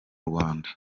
rwanda